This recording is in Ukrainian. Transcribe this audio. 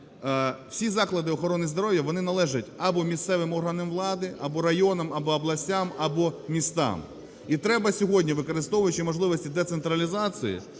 всі заклади охорони здоров'я, вони належать або місцевим органам влади, або районам, або областям, або містам. І треба сьогодні, використовуючи можливості децентралізації,